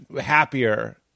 happier